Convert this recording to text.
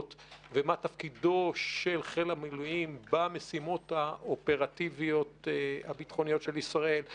ומה תפקידו של חיל המילואים במשימות האופרטיביות הביטחוניות של ישראל.